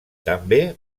també